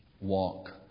walk